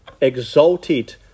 exalted